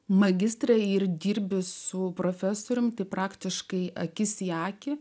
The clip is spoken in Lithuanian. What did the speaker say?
magistrą ir dirbi su profesoriumi praktiškai akis į akį